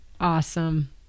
Awesome